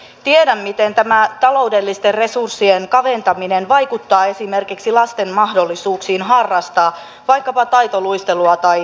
tiedän miten tämä taloudellisten resurssien kaventaminen vaikuttaa esimerkiksi lasten mahdollisuuksiin harrastaa vaikkapa taitoluistelua tai jääkiekkoa